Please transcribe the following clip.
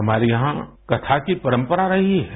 हमारे यहाँ कथा की परंपरा रही है